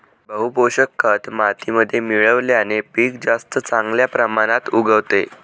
बहू पोषक खत मातीमध्ये मिळवल्याने पीक जास्त चांगल्या प्रमाणात उगवते